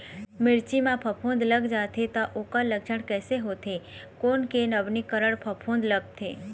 मिर्ची मा फफूंद लग जाथे ता ओकर लक्षण कैसे होथे, कोन के नवीनीकरण फफूंद लगथे?